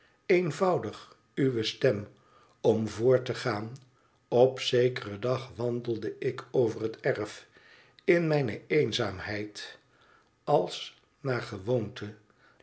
eenvoudig uwe stem om voort te gaan op zekeren dag wandelde ik over het erf in mijne eenzaamheid als naar gewoonte